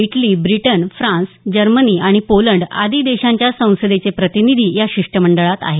Italy Britain France Germany आणि Poland आदी देशांच्या संसदेचे प्रतिनिधी या शिष्टमंडळात आहेत